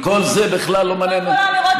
כל זה בכלל לא מעניין אותך.